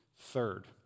third